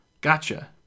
Gotcha